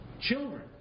children